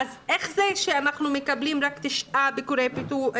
אז איך זה שאנחנו מקבלים רק 9 ביקורי פיקוח?